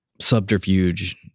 subterfuge